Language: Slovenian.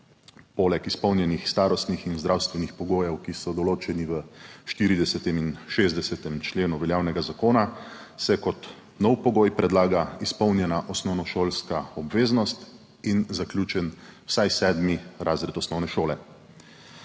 Poleg izpolnjenih starostnih in zdravstvenih pogojev, ki so določeni v 40. in 60. členu veljavnega zakona, se kot nov pogoj predlaga izpolnjena osnovnošolska obveznost in zaključen vsaj sedmi razred osnovne šole.